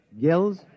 Gills